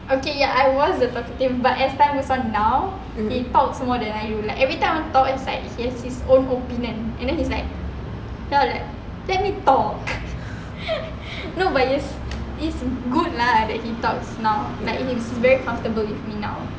okay ya I was the talkative but as far as I know now he talks more than I do like everytime I want to talk he's like he has his own opinion then he's like then I'm like let me talk no but is is good lah that he talks now like he is very comfortable with me now